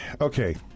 okay